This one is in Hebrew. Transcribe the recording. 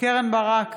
קרן ברק,